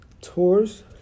Tours